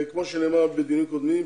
כמו שנאמר בדיונים קודמים,